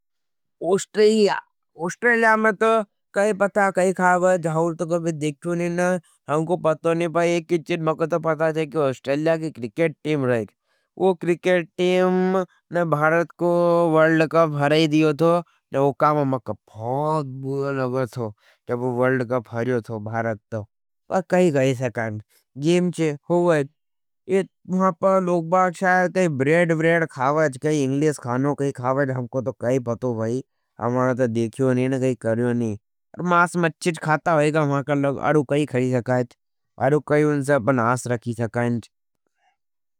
Australia, Australia में तो क्या पता क्या खावट। होर तो कभी देखियो नी, हमको तो पता नी भाई। हमको तो पता यह छे, बल्ला की क्रिकेट टीम रहे। ओ क्रिकेट टीम ने भारत को वर्ल्ड कप हराई ही दिया तो। वो काम में मोको बहुत याद हे। में भुला कोनी था, जब वर्ल्ड कप फाइनल था। पर कोई नी या तो गेम छे, होवत, ये वहाँ पर लोग शायद ब्रेड ब्रेड खवाच। इंग्लिश खानो खावे हमको तो क्या पता भाई। हमारा तो देखियो नी ना करियो नी। मांस मची खाता होयेगा वहाँ का लोग। उनसे आपा क्या आस रख स्केच।